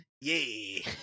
Yay